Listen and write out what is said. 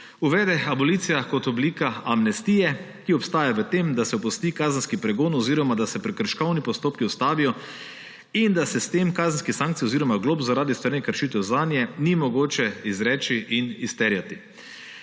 uvede abolicija kot oblika amnestije, ki obstaja v tem, da se opusti kazenski pregon oziroma da se prekrškovni postopki ustavijo in da s tem kazenskih sankcij oziroma glob zaradi storjenih kršitev zanje ni mogoče izreči in izterjati.